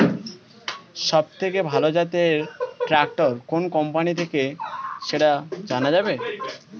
সবথেকে ভালো জাতের ট্রাক্টর কোন কোম্পানি থেকে সেটা জানা যাবে?